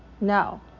No